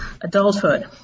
adulthood